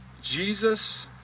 jesus